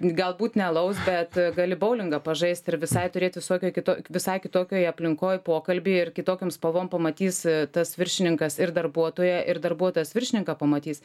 galbūt ne alaus bet gali boulingą pažaist ir visai turėt visokio kito visai kitokioje aplinkoj pokalbį ir kitokiom spalvom pamatys tas viršininkas ir darbuotoją ir darbuotojas viršininką pamatys